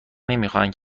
نمیخواهند